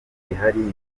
gihari